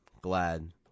glad